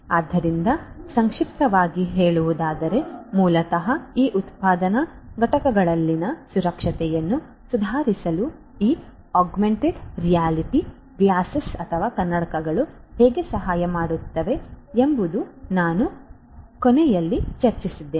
ಆದ್ದರಿಂದ ಸಂಕ್ಷಿಪ್ತವಾಗಿ ಹೇಳುವುದಾದರೆ ಮೂಲತಃ ಈ ಉತ್ಪಾದನಾ ಘಟಕಗಳಲ್ಲಿನ ಸುರಕ್ಷತೆಯನ್ನು ಸುಧಾರಿಸಲು ಈ ಆಗ್ಮೆಂಟೆಡ್ ರಿಯಾಲಿಟಿ ಗ್ಲಾಸ್ಗಳು ಹೇಗೆ ಸಹಾಯ ಮಾಡುತ್ತವೆ ಎಂಬುದು ನಾನು ಕೊನೆಯಲ್ಲಿ ಚರ್ಚಿಸಿದ್ದೇನೆ